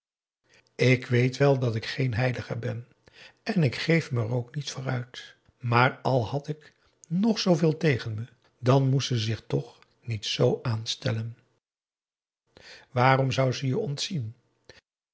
ik weet wel dat ik geen heilige ben en ik geef me er ook niet voor uit maar al had ze nog zooveel tegen me dan moest ze zich toch niet z aanstellen waarom zou ze je ontzien